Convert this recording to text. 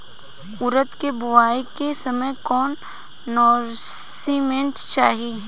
उरद के बुआई के समय कौन नौरिश्मेंट चाही?